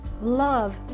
love